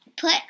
Put